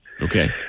Okay